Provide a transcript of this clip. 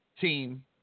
team